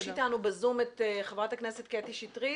נמצאת איתנו בזום חברת הכנסת קטי שטרית.